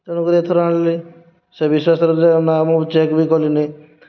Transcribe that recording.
ତେଣୁକରି ଏଥର ଆଣିଲି ସେ ବିଶ୍ୱାସରେ ଯେ ନା ମୁଁ ଚେକ ବି କଲି ନାହିଁ